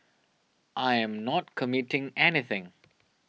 I am not committing anything